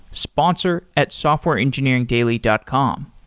sponsor at softwareengineeringdaily dot com.